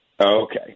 Okay